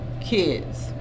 kids